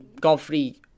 godfrey